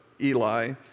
Eli